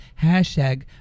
Hashtag